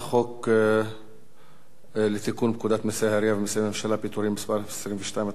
חוק לתיקון פקודת מסי העירייה ומסי הממשלה (פטורין) (מס' 22),